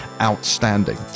outstanding